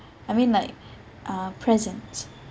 I mean like uh present